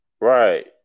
right